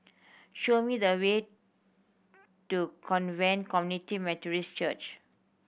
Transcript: show me the way to Convent Community Methodist Church